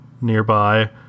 nearby